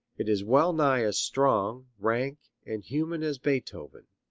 it is well-nigh as strong, rank and human as beethoven.